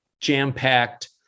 jam-packed